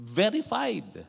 verified